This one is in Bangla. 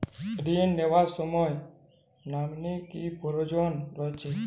ঋণ নেওয়ার সময় নমিনি কি প্রয়োজন রয়েছে?